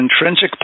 intrinsic